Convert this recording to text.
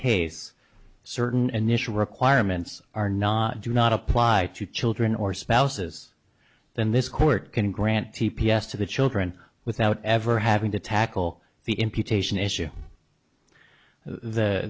case certain initial requirements are not do not apply to children or spouses then this court can grant t p s to the children without ever having to tackle the imputation issue